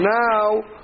now